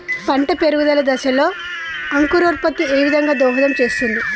పంట పెరుగుదల దశలో అంకురోత్ఫత్తి ఏ విధంగా దోహదం చేస్తుంది?